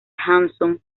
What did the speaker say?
hanson